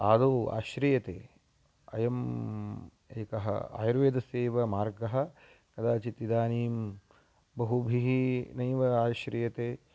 आदौ आश्रियते अयम् एकः आयुर्वेदस्यैव मार्गः कदाचित् इदानीं बहुभिः नैव आश्रियते